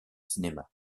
cinéma